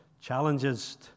challenges